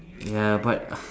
ya but